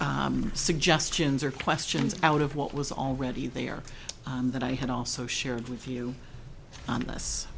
suggestions or questions out of what was already there that i had also shared with you on this